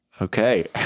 okay